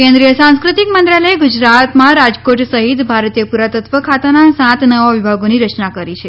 કેન્દ્રીય સાંસ્કૃતિક મંત્રાલયે ગુજરાતમાં રાજકોટ સહિત ભારતીય પુરાતત્વ ખાતાના સાત નવા વિભાગોની રચના કરી છે